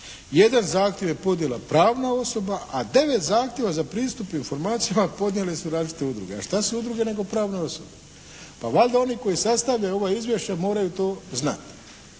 jedan zahtjev je podnijela pravna osoba, a 9 zahtjeva za pristup informacijama podnijele su različite udruge. A šta su udruge nego pravne osobe? Pa valjda oni koji sastavljaju ova izvješća moraju to znati.